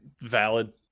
Valid